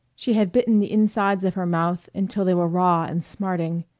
she had bitten the insides of her mouth until they were raw and smarting,